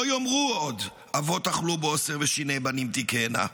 יאמרו עוד אבות אכלו בֹ סר ו שִׁ ני בנים תקהינה.